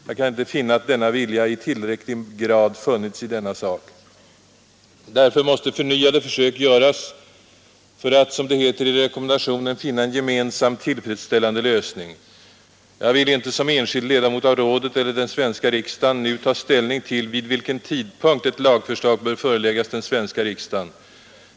Jag kan inte finna att denna vilja i tillräcklig grad funnits i denna sak. Därför måste förnyade försök göras för att, som det heter i rekommendationen, finna en gemensam tillfredsställande lösning. Jag vill inte som enskild ledamot av rådet eller den svenska riksdagen nu ta ställning till vid vilken tidpunkt ett lagförslag bör föreläggas den svenska riksdagen.